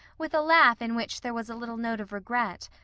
with a laugh in which there was a little note of regret.